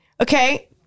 okay